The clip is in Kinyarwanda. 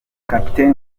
kapiteni